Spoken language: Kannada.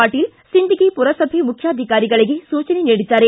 ಪಾಟೀಲ್ ಸಿಂದಗಿ ಪುರಸಭೆ ಮುಖ್ಯಾಧಿಕಾರಿಗಳಿಗೆ ಸೂಚನೆ ನೀಡಿದ್ದಾರೆ